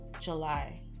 july